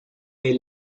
est